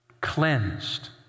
cleansed